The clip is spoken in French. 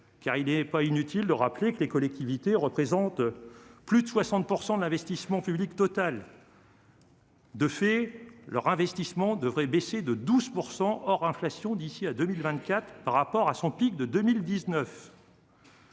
car il n'est pas inutile de rappeler que les collectivités représentent plus de 60 % de l'investissement public total. De fait, leur investissement devrait baisser de 12 % hors inflation d'ici à 2024 par rapport à son pic de 2019.